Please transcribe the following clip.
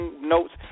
notes